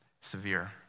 Severe